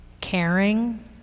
caring